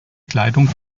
kleidung